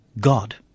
God